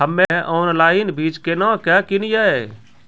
हम्मे ऑनलाइन बीज केना के किनयैय?